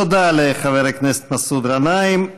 תודה לחבר הכנסת מסעוד גנאים.